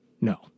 No